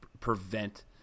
prevent